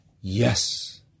yes